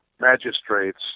magistrates